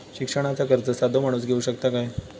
शिक्षणाचा कर्ज साधो माणूस घेऊ शकता काय?